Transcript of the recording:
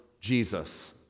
Jesus